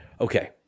Okay